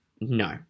no